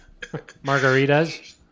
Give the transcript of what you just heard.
Margaritas